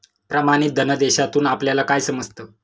प्रमाणित धनादेशातून आपल्याला काय समजतं?